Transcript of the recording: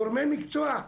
גורמי מקצוע.